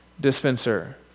dispenser